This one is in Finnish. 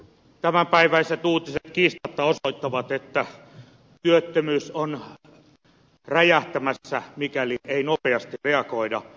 tämänpäiväiset uutiset kiistatta osoittavat että työttömyys on räjähtämässä mikäli ei nopeasti reagoida